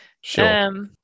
Sure